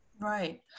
Right